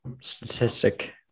Statistic